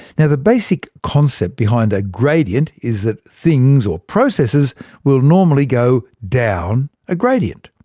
yeah the basic concept behind a gradient is that things or processes will normally go down a gradient.